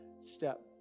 step